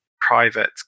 private